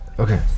Okay